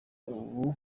ubu